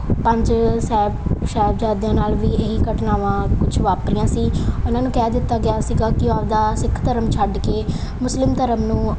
ਪੰਜ ਸਾਹਿਬ ਸਾਹਿਬਜ਼ਾਦਿਆਂ ਨਾਲ ਵੀ ਇਹ ਹੀ ਘਟਨਾਵਾਂ ਕੁਛ ਵਾਪਰੀਆਂ ਸੀ ਉਹਨਾਂ ਨੂੰ ਕਹਿ ਦਿੱਤਾ ਗਿਆ ਸੀਗਾ ਕਿ ਆਪਣਾ ਸਿੱਖ ਧਰਮ ਛੱਡ ਕੇ ਮੁਸਲਿਮ ਧਰਮ ਨੂੰ